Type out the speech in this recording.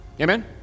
Amen